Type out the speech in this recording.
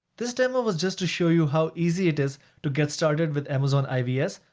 this demo was just to show you how easy it is to get started with amazon ivs,